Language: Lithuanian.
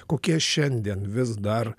kokie šiandien vis dar